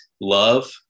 love